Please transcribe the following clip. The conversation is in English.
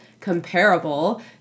comparable